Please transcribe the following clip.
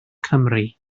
cymru